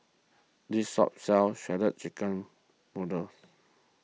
this shop sells Shredded Chicken Noodles